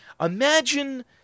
Imagine